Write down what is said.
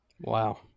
Wow